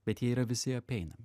bet jie yra visi apeinami